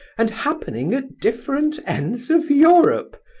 and happening at different ends of europe!